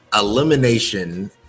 elimination